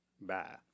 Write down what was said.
Bye